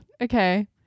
okay